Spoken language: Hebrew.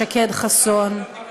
שקד חסון,